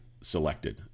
selected